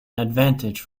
advantage